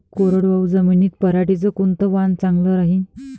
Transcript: कोरडवाहू जमीनीत पऱ्हाटीचं कोनतं वान चांगलं रायीन?